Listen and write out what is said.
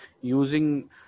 using